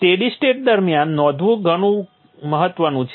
steady state દરમિયાન નોંધવું ઘણું મહત્ત્વનું છે